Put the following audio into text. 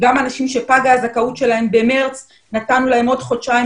גם האנשים שפגה הזכאות שלהם במרץ נתנו להם עוד חודשיים